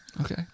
Okay